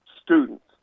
students